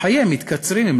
אז חייהם מתקצרים.